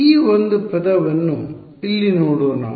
ಈ ಒಂದು ಪದವನ್ನು ಇಲ್ಲಿ ನೋಡೋಣ